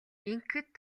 ингэхэд